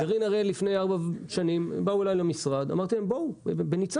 לפני ארבע שנים הם באו אלי למשרד ואמרתי להם בואו לניצנה,